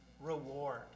reward